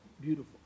Beautiful